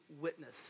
witness